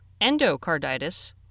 endocarditis